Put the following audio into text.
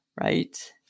Right